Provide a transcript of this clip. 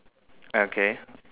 okay